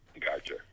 Gotcha